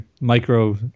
micro